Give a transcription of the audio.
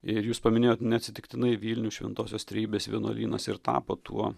ir jūs paminėjot neatsitiktinai vilnių šventosios trejybės vienuolynas ir tapo tuo